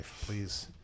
please